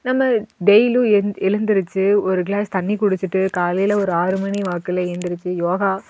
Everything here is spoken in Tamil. நம்ம டெய்லியும் எந் எழுந்திரிச்சி ஒரு க்ளாஸ் தண்ணி குடிச்சுட்டு காலையில் ஒரு ஆறு மணி வாக்கில் எழுந்துரிச்சி யோகா